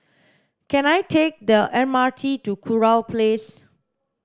can I take the M R T to Kurau Place